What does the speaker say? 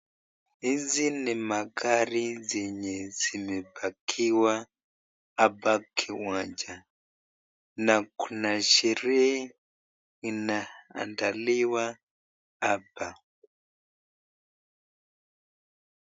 Hizi ni magari zenye zimepakiwa hapa kiwanja na kuna sherehe inaandaliwa hapa.